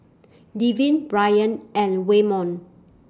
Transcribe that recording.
Devyn Bryant and Waymon